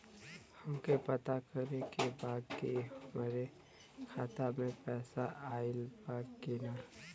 हमके पता करे के बा कि हमरे खाता में पैसा ऑइल बा कि ना?